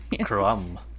Crumb